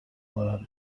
were